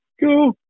go